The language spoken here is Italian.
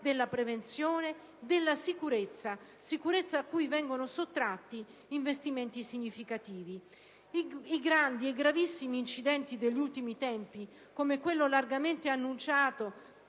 della prevenzione, della sicurezza, a cui vengono sottratti investimenti significativi. I gravi, gravissimi incidenti degli ultimi tempi, come quello di Viareggio, largamente annunciato,